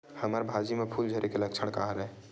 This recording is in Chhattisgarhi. हमर भाजी म फूल झारे के लक्षण का हरय?